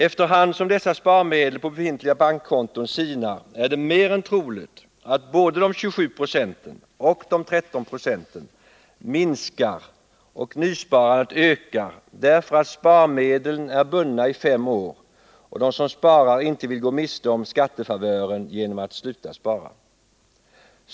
Efter hand som dessa sparmedel på befintliga bankkonton sinar är det mer än troligt att både de 27 70 och de 13 70 minskar och nysparandet ökar, därför att sparmedlen är bundna i fem år och de som sparar inte vill gå miste om skattefavören genom att sluta spara.